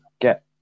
get